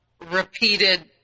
repeated